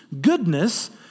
goodness